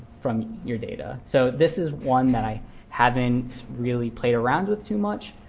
from your data. so this is one that i haven't really played around with too much,